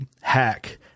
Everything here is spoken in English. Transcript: hack